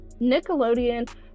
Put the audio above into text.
Nickelodeon